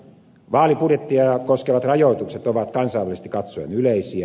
vaalibudjetteja koskevat rajoitukset ovat kansainvälisesti katsoen yleisiä